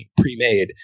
pre-made